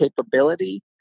capability